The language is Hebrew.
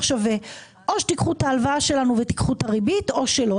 או שתיקחו את ההלוואה שלנו ותיקחו את הריבית או שלא.